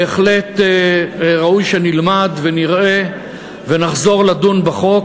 בהחלט ראוי שנלמד ונראה ונחזור לדון בחוק.